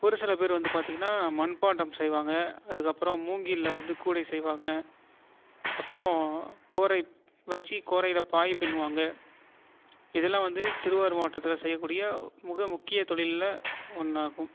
ஒரு சில பேர் வந்து பார்த்திங்கன்னா மண் பாண்டம் செய்வாங்க அதுக்கப்புறம் மூங்கிலில் வந்து கூடை செய்வாங்க அப்புறம் கோரை வச்சு கோரையில் பாய் பின்னுவாங்க இதெல்லாம் வந்து திருவாரூர் மாவட்டத்தில் செய்யக்கூடிய மிக முக்கிய தொழிலில் ஒன்றாகும்